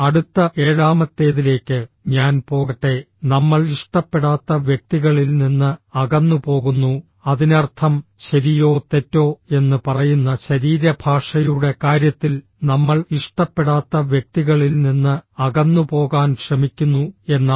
അടുത്ത ഏഴാമത്തേതിലേക്ക് ഞാൻ പോകട്ടെ നമ്മൾ ഇഷ്ടപ്പെടാത്ത വ്യക്തികളിൽ നിന്ന് അകന്നുപോകുന്നു അതിനർത്ഥം ശരിയോ തെറ്റോ എന്ന് പറയുന്ന ശരീരഭാഷയുടെ കാര്യത്തിൽ നമ്മൾ ഇഷ്ടപ്പെടാത്ത വ്യക്തികളിൽ നിന്ന് അകന്നുപോകാൻ ശ്രമിക്കുന്നു എന്നാണ്